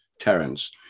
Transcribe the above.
Terence